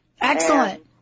Excellent